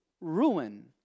ruin